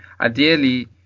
ideally